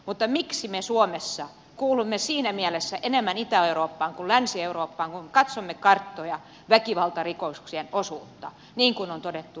mutta miksi me suomessa kuulumme siinä mielessä enemmän itä eurooppaan kuin länsi eurooppaan kun katsomme karttoja ja väkivaltarikoksien osuutta niin kuin on todettu viime päivinä